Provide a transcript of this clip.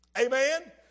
Amen